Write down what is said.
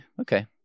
okay